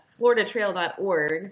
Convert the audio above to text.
floridatrail.org